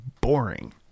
boring